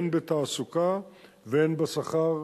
הן בתעסוקה והן בשכר,